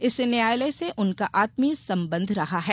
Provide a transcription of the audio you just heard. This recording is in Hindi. इस न्यायालय से उनका आत्मीय संबंध रहा है